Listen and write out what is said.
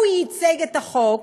הוא ייצג את החוק